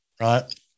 right